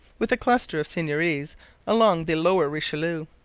with a cluster of seigneuries along the lower richelieu.